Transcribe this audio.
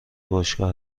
باشگاه